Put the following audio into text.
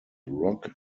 rock